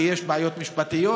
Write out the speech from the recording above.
כי יש בעיות משפטיות.